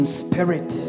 spirit